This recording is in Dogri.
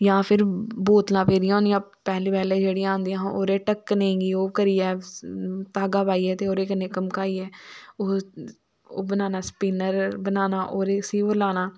जां फिर बोतलां पेदियां होनी पैहलें पैहलें जेहड़ियां आंदियां हियां ओहदे ढक्कने गी ओह् करिऐ घागा पाइयै ते ओहदे कन्नै घमकाइये ओह् बनाना स्पिन्रर बनाना ओहदे उसी ओह् लाना